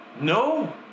No